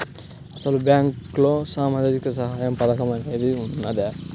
అసలు బ్యాంక్లో సామాజిక సహాయం పథకం అనేది వున్నదా?